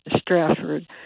Stratford